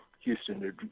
Houston